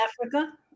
Africa